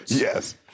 Yes